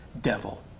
devil